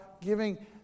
giving